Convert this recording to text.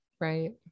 Right